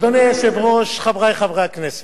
אדוני היושב-ראש, חברי חברי הכנסת,